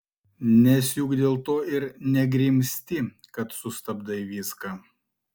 nes juk dėl to ir negrimzti kad sustabdai viską